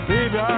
Baby